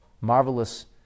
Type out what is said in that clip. marvelous